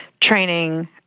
training